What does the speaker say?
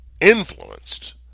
influenced